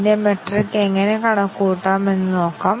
ഞങ്ങൾ ബേസിക് വ്യവസ്ഥയെ ട്രൂ ആയി സജ്ജമാക്കി